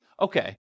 okay